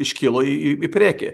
iškilo į į įpriekį